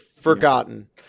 forgotten